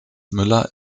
müller